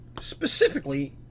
specifically